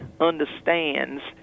understands